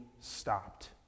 stopped